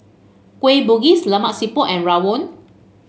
Kueh Bugis Lemak Siput and rawon